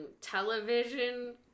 television